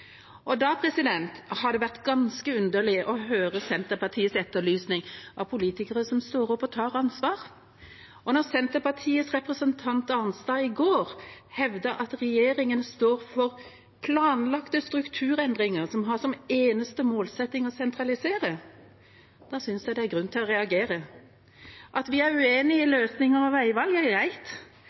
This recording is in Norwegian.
har det vært ganske underlig å høre Senterpartiets etterlysning av politikere som står opp og tar ansvar. Når Senterparti-representant Arnstad i går hevdet at regjeringa står for planlagte strukturendringer som har som eneste målsetting å sentralisere, synes jeg det er grunn til å reagere. At vi er uenige i løsninger og veivalg, er greit,